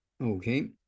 Okay